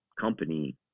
company